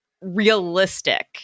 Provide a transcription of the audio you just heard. realistic